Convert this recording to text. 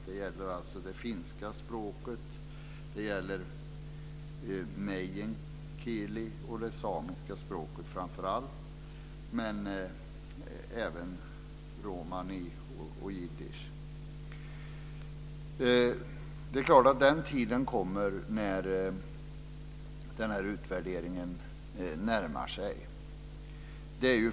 Det gäller alltså framför allt finska, meänkieli och samiska, men även romani och jiddisch. Den tiden kommer naturligtvis när utvärderingen närmar sig.